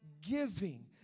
giving